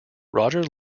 roger